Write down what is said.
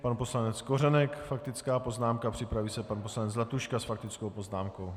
Pan poslanec Kořenek faktická poznámka, připraví se pan poslanec Zlatuška s faktickou poznámkou.